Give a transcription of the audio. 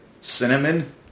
cinnamon